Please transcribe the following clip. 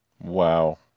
Wow